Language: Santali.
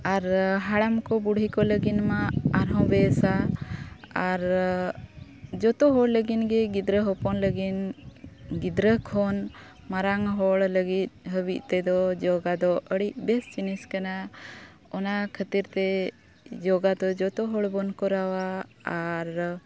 ᱟᱨ ᱦᱟᱲᱟᱢ ᱠᱚ ᱵᱩᱰᱷᱤ ᱠᱚ ᱞᱟᱹᱜᱤᱫ ᱢᱟ ᱟᱨᱦᱚᱸ ᱵᱮᱥᱟ ᱟᱨ ᱡᱷᱚᱛᱚ ᱦᱚᱲ ᱞᱟᱹᱜᱤᱫ ᱜᱮ ᱜᱤᱫᱽᱨᱟᱹ ᱦᱚᱯᱚᱱ ᱞᱟᱹᱜᱤᱫ ᱜᱤᱫᱽᱨᱟᱹ ᱠᱷᱚᱱ ᱢᱟᱨᱟᱝ ᱦᱚᱲ ᱞᱟᱹᱜᱤᱫ ᱦᱟᱹᱵᱤᱡ ᱛᱮᱫᱚ ᱡᱳᱜᱟ ᱫᱚ ᱟᱹᱰᱤ ᱵᱮᱥ ᱡᱤᱱᱤᱥ ᱠᱟᱱᱟ ᱚᱱᱟ ᱠᱷᱟᱹᱛᱤᱨ ᱛᱮ ᱡᱳᱜᱟ ᱫᱚ ᱡᱷᱚᱛᱚ ᱦᱚᱲᱵᱚᱱ ᱠᱚᱨᱟᱣᱟ ᱟᱨ